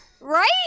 Right